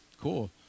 cool